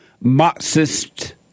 Marxist